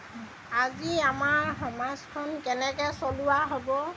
আজি আমাৰ সমাজখন কেনেকৈ চলোৱা হ'ব